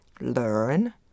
learn